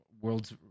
worlds